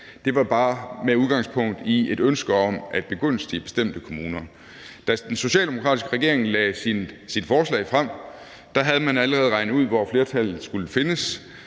det var bare med udgangspunkt i et ønske om at begunstige bestemte kommuner. Da den socialdemokratiske regering lagde sit forslag frem, havde man allerede regnet ud, hvor flertallet skulle findes,